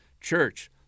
church